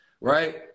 right